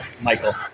Michael